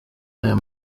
aya